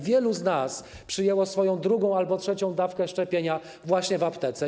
Wielu z nas przyjęło swoją drugą albo trzecią dawkę szczepienia właśnie w aptece.